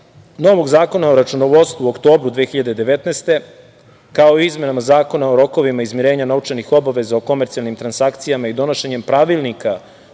novog zakona o računovodstvu, u oktobru 2019. godine, kao i o izmenama zakona o rokovima izmirenja novčanih obaveza o komercijalnim transakcijama, i donošenjem pravilnika